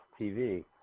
TV